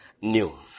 new